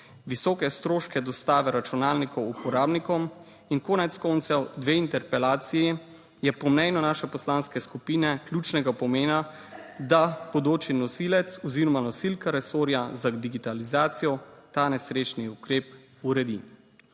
visoke stroške dostave računalnikov uporabnikom in konec koncev dve interpelaciji je po mnenju naše poslanske skupine ključnega pomena, da bodoči nosilec oziroma nosilka resorja za digitalizacijo ta nesrečni ukrep uredi.